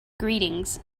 greetings